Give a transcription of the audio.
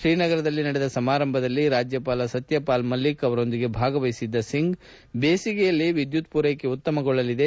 ಶ್ರೀನಗರದಲ್ಲಿ ನಡೆದ ಸಮಾರಂಭದಲ್ಲಿ ರಾಜ್ಯಪಾಲ ಸತ್ಯಪಾಲ್ ಮಲ್ಲಿಕ್ ಅವರೊಂದಿಗೆ ಭಾಗವಹಿಸಿದ್ದ ಸಿಂಗ್ ಬೇಸಿಗೆಯಲ್ಲಿ ವಿದ್ಯುತ್ ಪೂರೈಕೆ ಉತ್ತಮಗೊಳ್ಳಲಿದೆ